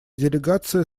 делегация